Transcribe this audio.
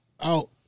out